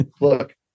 Look